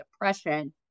depression